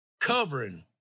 covering